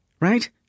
right